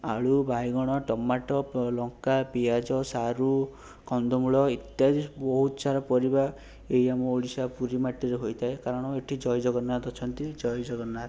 ଆଳୁ ବାଇଗଣ ଟମାଟୋ ବାଇଗଣ ଲଙ୍କା ପିଆଜ ସାରୁ କନ୍ଦମୂଳ ଇତ୍ୟାଦି ବହୁତ ସାରା ପରିବା ଏଇ ଆମ ଓଡ଼ିଶା ପୁରୀ ମାଟିରେ ହୋଇଥାଏ କାରଣ ଏଠି ଜୟ ଜଗନ୍ନାଥ ଅଛନ୍ତି ଜୟ ଜଗନ୍ନାଥ